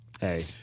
Hey